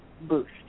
boost